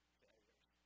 failures